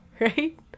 Right